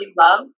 love